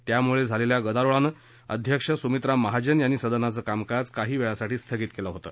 त्यामुळे झालेल्या गदारोळामुळे अध्यक्ष सुमित्रा महाजन यांनी सदनाचं कामकाज काही वेळासाठी स्थगित केलं होतं